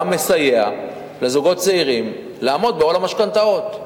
מסייע לזוגות צעירים לעמוד בעול המשכנתאות.